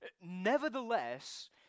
Nevertheless